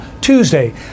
Tuesday